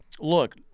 look